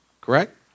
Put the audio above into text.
correct